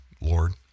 Lord